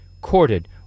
courted